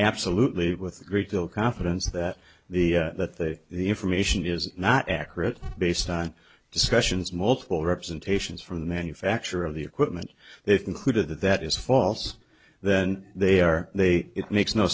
absolutely with a great deal of confidence that the that the information is not accurate based on discussions multiple representations from the manufacturer of the equipment they've concluded that that is false then they are they it makes no